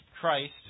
Christ